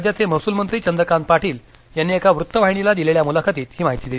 राज्याचे महसूल मंत्री चंद्रकांत पाटील यांनी एका वृत्तवाहिनीला दिलेल्या मुलाखतीत ही माहिती दिली